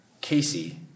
Casey